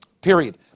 Period